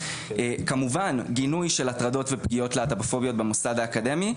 כמובן גינוי של הטרדות ופגיעות להט"בופוביות במוסד האקדמי.